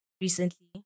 recently